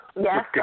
Yes